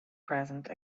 present